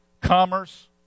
commerce